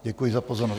Děkuji za pozornost.